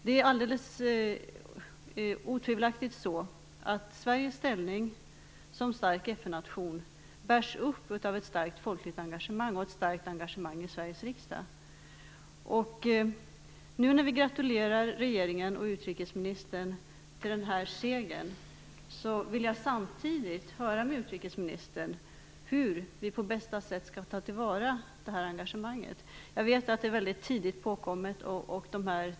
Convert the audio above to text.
Det är alldeles otvivelaktigt så att Sveriges ställning som stark FN-nation bärs upp av ett starkt folkligt engagemang och ett starkt engagemang i Sveriges riksdag. När vi nu gratulerar regeringen och utrikesministern till den här segern vill jag samtidigt fråga utrikesministern hur vi på bästa sätt skall ta till vara det här engagemanget. Jag vet att det är tidigt påkommet.